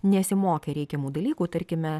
nesimokė reikiamų dalykų tarkime